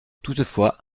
toutefois